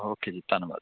okay ਜੀ ਧੰਨਵਾਦ